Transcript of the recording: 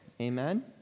Amen